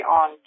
on